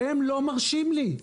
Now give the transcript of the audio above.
הם לא מרשים לי.